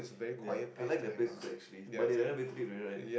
ya I like that place also actually but they renovated it already right